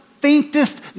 faintest